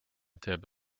teeb